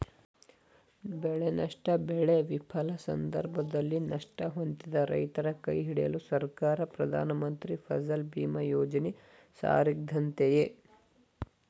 ಬೆಳೆನಷ್ಟ ಬೆಳೆ ವಿಫಲ ಸಂದರ್ಭದಲ್ಲಿ ನಷ್ಟ ಹೊಂದಿದ ರೈತರ ಕೈಹಿಡಿಯಲು ಸರ್ಕಾರ ಪ್ರಧಾನಮಂತ್ರಿ ಫಸಲ್ ಬಿಮಾ ಯೋಜನೆ ಜಾರಿಗ್ತಂದಯ್ತೆ